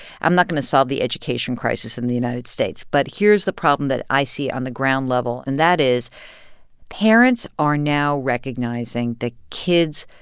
i'm not going to solve the education crisis in the united states. but here's the problem that i see on the ground level, and that is parents are now recognizing that kids,